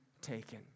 taken